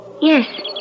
Yes